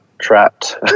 trapped